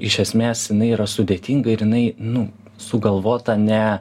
iš esmės jinai yra sudėtinga ir jinai nu sugalvota ne